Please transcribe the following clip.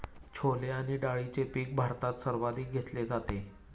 छोले आणि डाळीचे पीक भारतात सर्वाधिक घेतले जाते